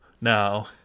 Now